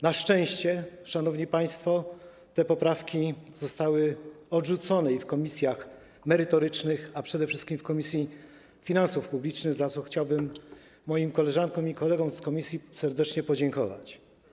Na szczęście, szanowni państwo, te poprawki zostały odrzucone w komisjach merytorycznych, a przede wszystkim w Komisji Finansów Publicznych, za co chciałbym moim koleżankom i kolegom z komisji serdecznie podziękować.